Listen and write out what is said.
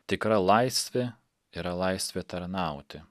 tikra laisvė yra laisvė tarnauti